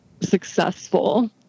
successful